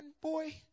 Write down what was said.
boy